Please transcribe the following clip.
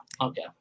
okay